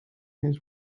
his